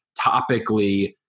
topically